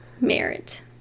merit